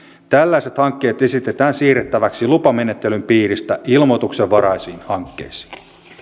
tällaiset hankkeet esitetään siirrettäväksi lupamenettelyn piiristä ilmoituksenvaraisiin hankkeisiin